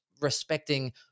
respecting